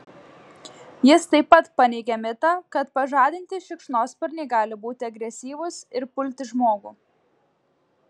jis taip pat paneigia mitą kad pažadinti šikšnosparniai gali būti agresyvūs ir pulti žmogų